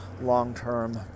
long-term